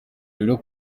rero